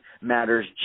matters